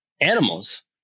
animals